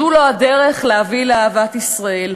זו לא הדרך להביא לאהבת ישראל.